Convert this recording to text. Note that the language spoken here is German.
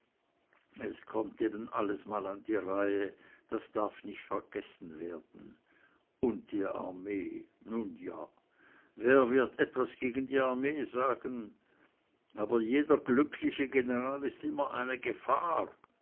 es kommt eben alles mal an die reihe das darf nicht vergessen werden und die armee nun ja wer wird etwas gegen die armee sagen aber jeder glückliche general ist immer eine gefahr